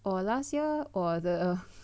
for last year for the